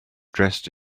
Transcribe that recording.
dressed